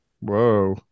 whoa